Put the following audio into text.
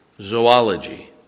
zoology